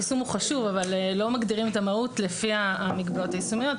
היישום הוא חשוב אבל לא מגדירים את המהות לפי המגבלות היישומיות.